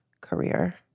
career